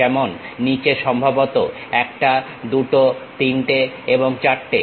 যেমন নিচে সম্ভবত একটা দুটো তিনটে এবং চারটে